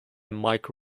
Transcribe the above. mike